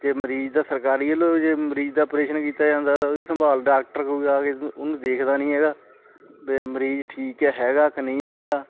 ਅਤੇ ਮਰੀਜ਼ ਦਾ ਸਰਕਾਰੀ ਵੱਲੋਂ ਵੀ ਜੇ ਮਰੀਜ਼ ਦਾ ਆਪਰੇਸ਼ਨ ਕੀਤਾ ਜਾਂਦਾ ਉਹਦਾ ਉਹ ਵੀ ਸੰਭਾਲ ਡਾਕਟਰ ਉਹਨੂੰ ਦੇਖਦਾ ਨਹੀਂ ਹੈਗਾ ਵੇ ਮਰੀਜ਼ ਠੀਕ ਹੈਗਾ ਕਿ ਨਹੀਂ ਹੈਗਾ